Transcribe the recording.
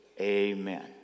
Amen